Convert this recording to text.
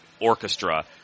orchestra